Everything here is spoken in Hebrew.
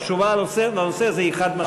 התשובה בנושא הזה היא חד-משמעית.